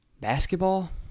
Basketball